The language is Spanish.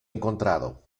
encontrado